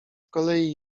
kolei